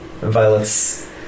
Violet's